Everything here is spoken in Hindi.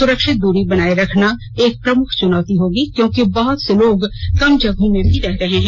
सुरक्षित दूरी बनाए रखना एक प्रमुख चुनौती होगी क्योंकि बहुत से लोग कम जगहों में रह रहे हैं